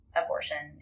abortion